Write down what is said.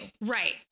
Right